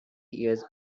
years